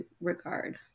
regard